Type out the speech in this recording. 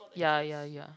ya ya ya